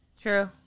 True